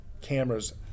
cameras